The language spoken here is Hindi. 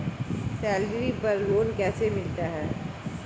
सैलरी पर लोन कैसे मिलता है?